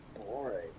boring